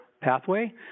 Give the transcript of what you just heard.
pathway